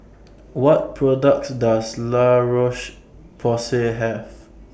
What products Does La Roche Porsay Have